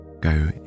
go